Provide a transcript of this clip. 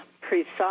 precise